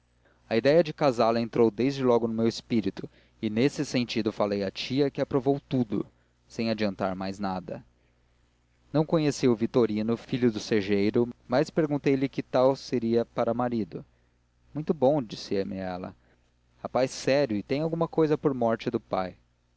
a idéia de casá la entrou desde logo no meu espírito e nesse sentido falei à tia que aprovou tudo sem adiantar mais nada não conhecia o vitorino filho do segeiro e perguntei-lhe que tal seria para marido muito bom disse-me ela rapaz sério e tem alguma cousa por morte do pai